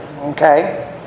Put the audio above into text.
okay